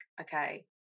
okay